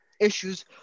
issues